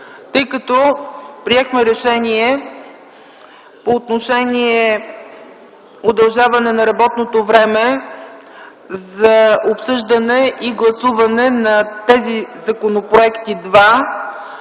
е прието. Приехме решение по отношение удължаване на работното време за обсъждане и гласуване на тези два законопроекта с